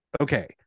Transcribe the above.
okay